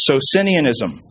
Socinianism